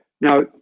Now